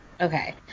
okay